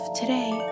today